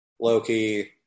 Loki